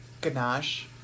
Ganache